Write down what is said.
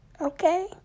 Okay